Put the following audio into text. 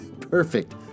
Perfect